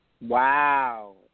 wow